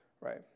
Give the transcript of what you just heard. right